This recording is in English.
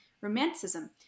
romanticism